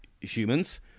humans